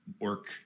work